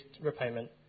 repayment